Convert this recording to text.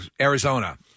Arizona